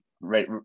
right